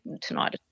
tonight